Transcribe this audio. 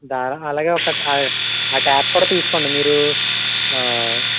దారం అలాగే ఒకటి ఆ టాప్ కూడా తీసుకోండి మీరు